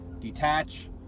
detach